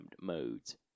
modes